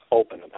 open